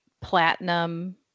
platinum